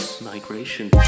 Migration